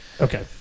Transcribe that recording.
Okay